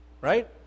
right